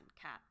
cat